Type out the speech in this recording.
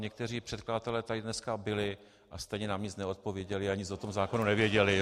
Někteří předkladatelé tady dneska byli, a stejně nám nic neodpověděli a nic o tom zákonu nevěděli.